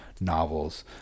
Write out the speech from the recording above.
novels